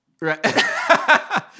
Right